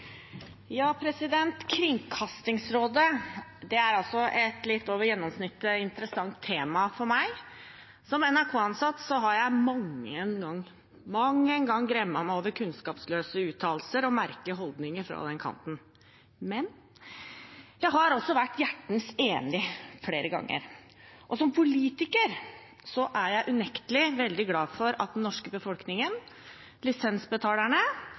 Som NRK-ansatt har jeg mang en gang gremmet meg over kunnskapsløse uttalelser og merkelige holdninger fra den kanten, men jeg har også flere ganger vært hjertens enig. Og som politiker er jeg unektelig veldig glad for at den norske befolkningen, lisensbetalerne,